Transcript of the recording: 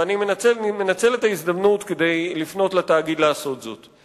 ואני מנצל את ההזדמנות כדי לפנות לתאגיד לעשות זאת.